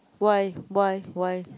why why why